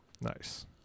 Nice